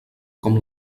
com